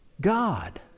God